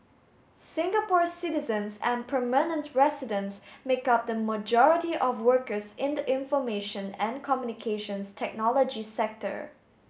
Singapore citizens and permanent residents make up the majority of workers in the information and Communications Technology sector